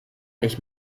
nicht